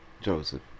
Joseph